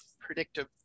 predictive